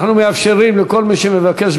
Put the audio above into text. אנחנו מאפשרים לכל מי שמבקש,